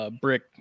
Brick